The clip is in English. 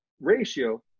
ratio